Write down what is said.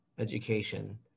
education